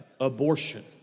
abortion